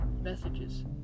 messages